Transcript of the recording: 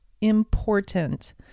important